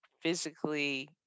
physically